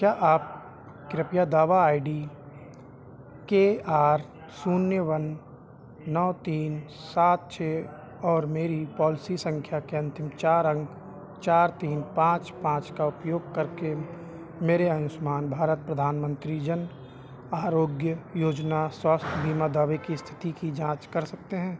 क्या आप कृपया दावा आई डी के आर शून्य वन नौ तीन सात छः और मेरी पॉलिसी संख्या के अंतिम चार अंक चार तीन पाँच पाँच का उपयोग करके मेरे आयुष्मान भारत प्रधानमंत्री जन आरोग्य योजना स्वास्थ्य बीमा दावे की स्थिति की जांच कर सकते हैं